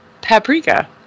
paprika